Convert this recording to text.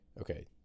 Okay